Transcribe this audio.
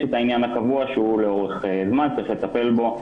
את העניין הקבוע שהוא לאורך זמן וצריך לטפל בו.